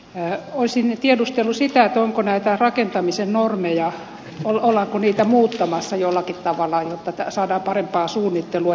ja osin tiedustelu siitä että onko näitä rakentamisen normeja on olla kun niitä muutama sen jollakin tavalla jota ei saada parempaa suunnittelua